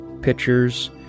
pictures